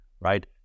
right